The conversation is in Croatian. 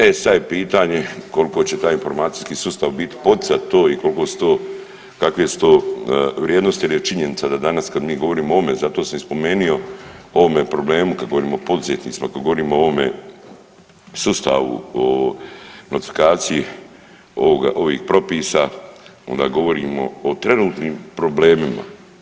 E sad je pitanje koliko će taj informacijski sustav biti poticat to i koliko se to, kakve su to vrijednosti jer je činjenica da danas kada mi govorimo o ovome zato sam i spomenuo o ovome problemu kad govorim o poduzetnicima, kad govorim o ovome sustavu, o notifikaciji ovih propisa onda govorimo o trenutnim problemima.